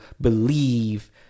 believe